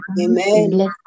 Amen